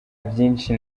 byinshi